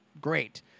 great